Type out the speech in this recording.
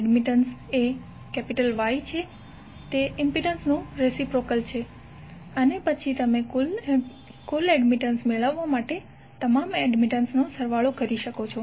admittance બીજું કશું નહી Y છે અને તે ઇમ્પિડન્સ નું રેસિપ્રોકલ છે અને પછી તમે કુલ એડમિટન્સ મેળવવા માટે સરવાળો કરી શકો છો